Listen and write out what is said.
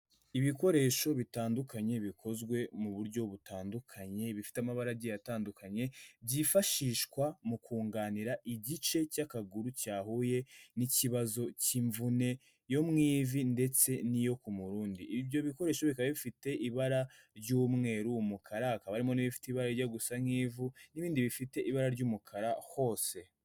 Ibikoresho bitandukanye bikozwe mu buryo butandukanye bifite amabara agiye atandukanye byifashishwa mu kunganira igice cy'akaguru cyahuye n'ikibazo cy'imvune yo mu ivi ndetse n'iyo ku murundi, ibyo bikoresho bikaba bifite ibara ry'umweru, umukara hakaba harimo n'ibifite ibara rijya gusa nk'ivu n'ibindi bifite ibara ry'umukara hose.